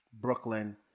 Brooklyn